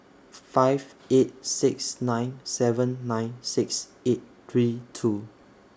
five eight six nine seven nine six eight three two